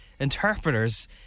Interpreters